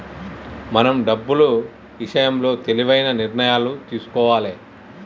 మనం డబ్బులు ఇషయంలో తెలివైన నిర్ణయాలను తీసుకోవాలే